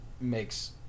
makes